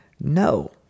No